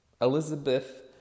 Elizabeth